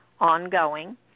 ongoing